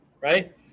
right